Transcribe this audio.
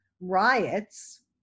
riots